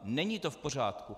Není to v pořádku.